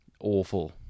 awful